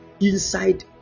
inside